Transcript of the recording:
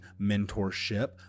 mentorship